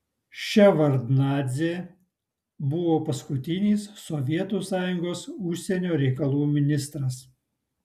ševardnadzė buvo paskutinis sovietų sąjungos užsienio reikalų ministras